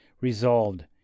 resolved